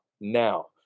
now